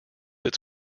its